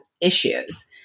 issues